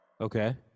Okay